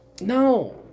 No